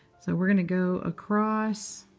so we're going to go across.